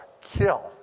kill